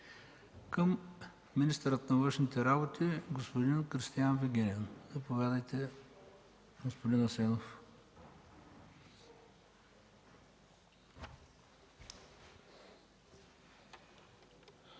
към министъра на външните работи господин Кристиан Вигенин. Заповядайте, господин Асенов.